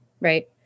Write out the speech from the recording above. Right